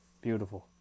Beautiful